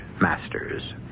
Masters